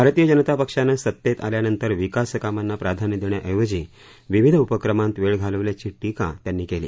भारतीय जनता पक्षानं सत्तेत आल्यानंतर विकासकामांना प्राधान्य देण्याऐवजी विविध उपक्रमांत वेळ घालवल्याची टीका त्यांनी केली